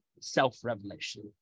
self-revelation